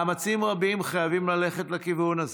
מאמצים רבים חייבים ללכת לכיוון הזה,